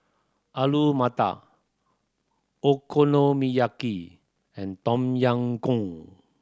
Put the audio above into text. Alu Matar Okonomiyaki and Tom Yam Goong